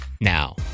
now